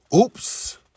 Oops